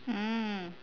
mm